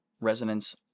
resonance